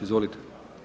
Izvolite!